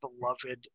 beloved